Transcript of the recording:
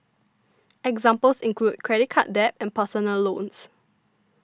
examples include credit card debt and personal loans